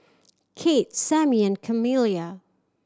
Kate Sammie and Kamila